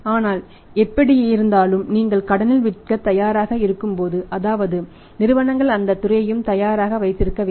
ஆனால் எப்படியிருந்தாலும் நீங்கள் கடனில் விற்கத் தயாராக இருக்கும்போது அதாவது நிறுவனங்கள் அந்தத் துறையையும் தயாராக வைத்திருக்க வேண்டும்